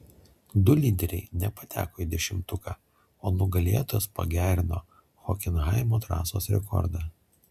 du lyderiai nepateko į dešimtuką o nugalėtojas pagerino hokenhaimo trasos rekordą